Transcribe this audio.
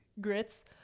grits